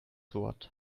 wort